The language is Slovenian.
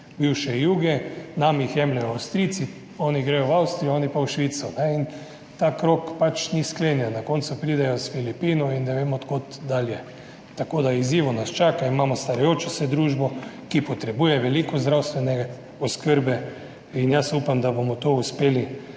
bivše juge, nam jih jemljejo Avstrijci, oni gredo v Avstrijo, oni pa v Švico, in ta krog pač ni sklenjen. Na koncu pridejo s Filipinov in ne vem od kod. Tako da nas izzivi čakajo. Imamo starajočo se družbo, ki potrebuje veliko zdravstvene oskrbe, in jaz upam, da bomo to uspeli